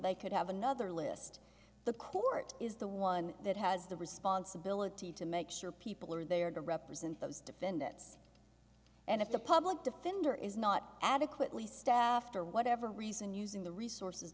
they could have another list the court is the one that has the responsibility to make sure people are there to represent those defendants and if the public defender is not adequately staffed or whatever reason using the resources